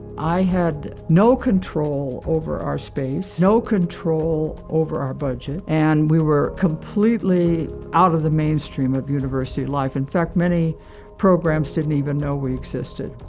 i had no control over our space, no control over our budget, and we were completely out of the mainstream of university life. in fact, many programs didn't even know we existed.